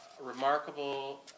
remarkable